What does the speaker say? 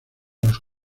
los